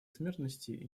смертности